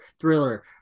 thriller